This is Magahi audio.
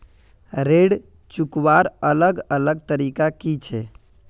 ऋण चुकवार अलग अलग तरीका कि छे?